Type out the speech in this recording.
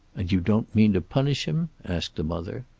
and you don't mean to punish him? asked the mother.